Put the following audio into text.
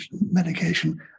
medication